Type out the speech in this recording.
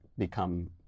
become